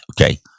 okay